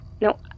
no